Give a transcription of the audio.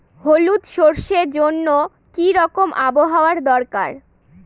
হলুদ সরষে জন্য কি রকম আবহাওয়ার দরকার?